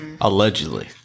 Allegedly